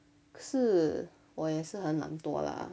可是我也是很懒惰啦